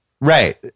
right